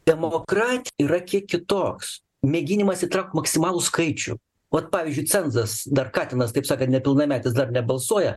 demokratija yra kiek kitoks mėginimas įtraukt maksimalų skaičių ot pavyzdžiui cenzas dar katinas taip sakant nepilnametis dar nebalsuoja